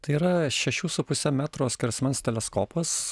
tai yra šešių su puse metro skersmens teleskopas